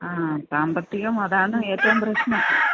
ആ സാമ്പത്തികം അതാണ് ഏറ്റവും പ്രശ്നം